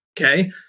Okay